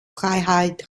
freiheit